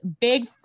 big